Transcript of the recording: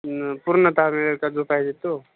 न पूर्ण ताजं ताजं पाहिजे तो